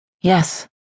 Yes